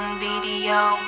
video